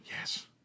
Yes